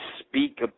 speak